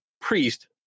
priest